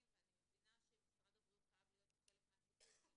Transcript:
ואני מבינה שמשרד הבריאות חייב להיות פה חלק מהסיפור הזה.